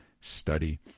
study